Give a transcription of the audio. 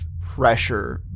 pressure